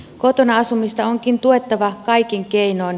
kotona asumista onkin tuettava kaikin keinoin